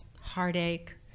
heartache